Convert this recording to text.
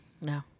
No